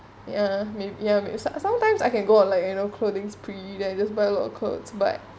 ya may~ ya some~ sometimes I can go on like you know clothings spree then I just buy a lot of clothes but